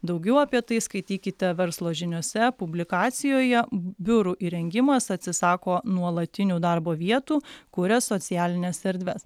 daugiau apie tai skaitykite verslo žiniose publikacijoje biurų įrengimas atsisako nuolatinių darbo vietų kuria socialines erdves